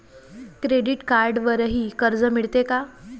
Credit कार्डवरही कर्ज मिळते का?